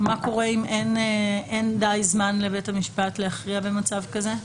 מה קורה אם אין די זמן לבית המשפט להכריע במצב כזה?